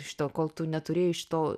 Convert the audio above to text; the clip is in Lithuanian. šito kol tu neturėjai šito